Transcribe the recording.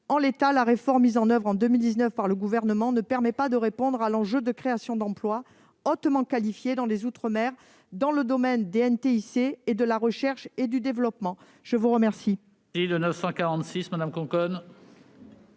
En l'état, la réforme mise en oeuvre en 2019 par le Gouvernement ne permet pas de répondre à l'enjeu de la création d'emplois hautement qualifiés dans les outre-mer dans le domaine des TIC et de la recherche et développement. L'amendement